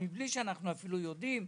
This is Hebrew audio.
בלי שאנחנו אפילו יודעים,